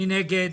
מי נגד?